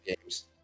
games